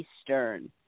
Eastern